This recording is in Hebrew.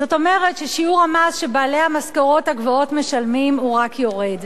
זאת אומרת ששיעור המס שבעלי המשכורות משלמים רק יורד.